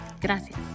Gracias